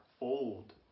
old